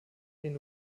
den